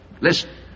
Listen